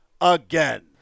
again